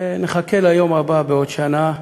ונחכה ליום הבא בעוד שנה.